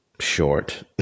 short